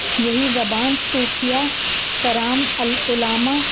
یہی زبان صوفیہ کرام علامہ